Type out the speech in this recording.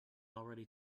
already